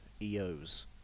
EOs